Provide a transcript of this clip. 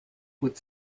would